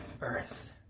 earth